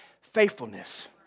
faithfulness